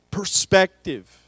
Perspective